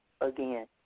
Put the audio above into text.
again